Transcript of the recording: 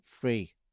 free